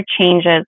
changes